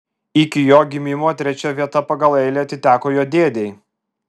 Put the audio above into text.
iki jo gimimo trečia vieta pagal eilę atiteko jo dėdei